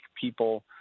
people